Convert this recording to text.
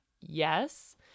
Yes